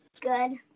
Good